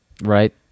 Right